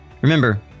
Remember